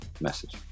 message